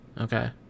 Okay